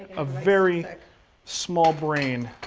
a very small brain.